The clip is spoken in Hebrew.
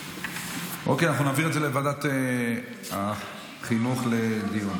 אוקיי, אנחנו נעביר את זה לוועדת החינוך לדיון.